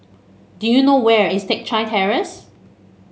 do you know where is Teck Chye Terrace